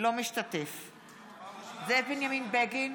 אינו משתתף בהצבעה זאב בנימין בגין,